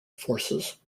forces